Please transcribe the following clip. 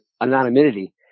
anonymity